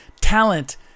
Talent